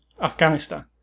Afghanistan